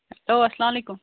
hello اَلسلام علیکُم